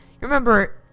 remember